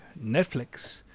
Netflix